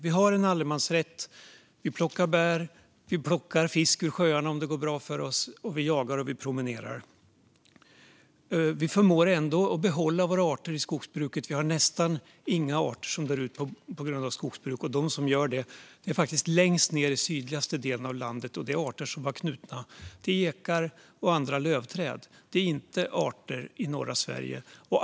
Vi har en allemansrätt; vi plockar bär, vi plockar fisk ur sjöarna om fisket går bra för oss, vi jagar och vi promenerar. Vi förmår ändå att behålla våra arter i skogsbruket. Vi har nästan inga arter som dör ut på grund av skogsbruk, och de som gör det finns faktiskt längst ned i den sydligaste delen av landet och är arter som är knutna till ekar och andra lövträd. Det är inte arter i norra Sverige.